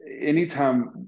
anytime